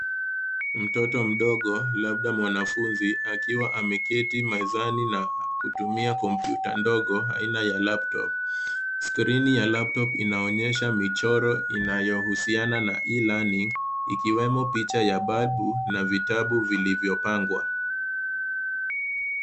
Mtoto mdogo labda mwanafunzi akiwa ameketi mezani na kutumia komputa ndogo aina ya laptop . Skrini ya laptop inaonyesha michoro inayohusiana na e-learning , ikiwemo picha ya balbu na vitabu vilivyopangwa.